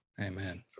Amen